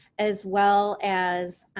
as well as